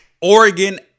Oregon